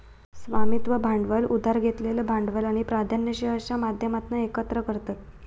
स्वामित्व भांडवल उधार घेतलेलं भांडवल आणि प्राधान्य शेअर्सच्या माध्यमातना एकत्र करतत